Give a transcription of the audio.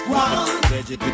one